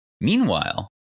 Meanwhile